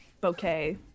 Bouquet